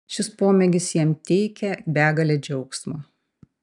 šis pomėgis jam teikia begalę džiaugsmo